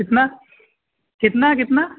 کتنا کتنا ہے کتنا